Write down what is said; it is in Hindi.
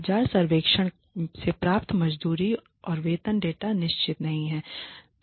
बाजार सर्वेक्षण से प्राप्त मजदूरी और वेतन डेटा निश्चित नहीं हैं